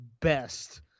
best